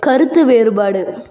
கருத்து வேறுபாடு